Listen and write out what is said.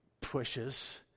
pushes